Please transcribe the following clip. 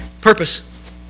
purpose